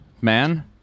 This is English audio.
man